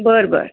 बरं बरं